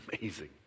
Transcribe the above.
amazing